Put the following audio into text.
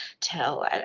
tell